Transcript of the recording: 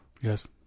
yes